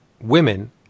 women